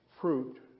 fruit